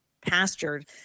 pastured